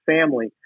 family